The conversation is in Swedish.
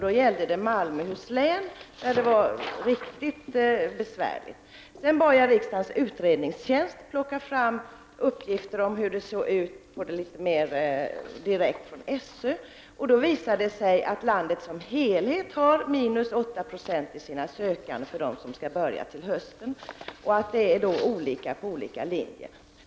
Den gällde Malmöhus län, där det var riktigt besvärligt. Sedan bad jag riksdagens utredningstjänst att plocka fram uppgifter om hur det ser ut från SÖ:s håll. Då visade det sig att landet som helhet har minus 8 20 när det gäller sökande till hösten men att förhållandena är olika på olika linjer.